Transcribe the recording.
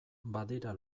badira